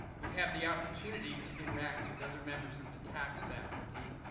would have the opportunity to interact with other members of the tax faculty,